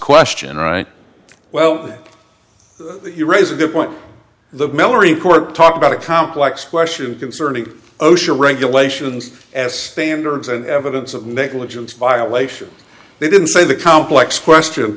question right well you raise a good point the bellary court talked about a complex question concerning osha regulations as standards and evidence of negligence violations they didn't say the complex question